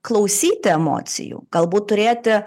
klausyti emocijų galbūt turėti